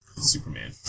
Superman